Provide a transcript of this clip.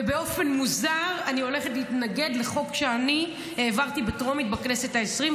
ובאופן מוזר אני הולכת להתנגד לחוק שאני העברתי בטרומית בכנסת העשרים,